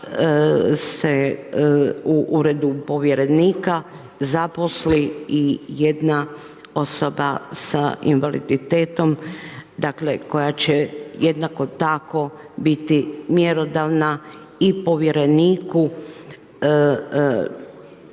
se u Uredu povjerenika zaposli i jedna osoba sa invaliditetom, dakle koja će jednako tako biti mjerodavna i povjereniku